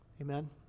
Amen